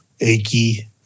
achy